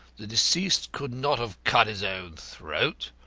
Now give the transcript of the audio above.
the deceased could not have cut his own throat.